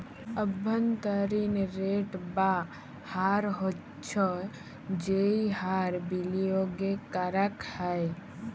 অব্ভন্তরীন রেট বা হার হচ্ছ যেই হার বিলিয়গে করাক হ্যয়